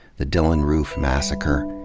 the dylann roof massacre,